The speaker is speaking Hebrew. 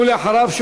ולאחריו,